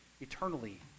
eternally